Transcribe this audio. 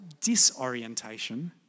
disorientation